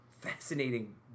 fascinating